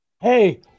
Hey